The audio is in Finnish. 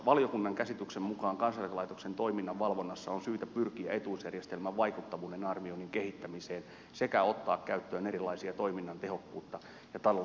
valiokunnan käsityksen mukaan kansaneläkelaitoksen toiminnan valvonnassa on syytä pyrkiä etuusjärjestelmän vaikuttavuuden arvioinnin kehittämiseen sekä ottaa käyttöön erilaisia toiminnan tehokkuutta ja taloudellisuutta kuvaavia mittareita